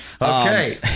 Okay